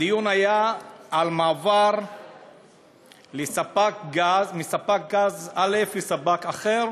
הדיון היה על מעבר מספק גז אחד לספק אחר,